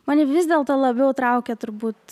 mane vis dėlto labiau traukia turbūt